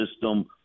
system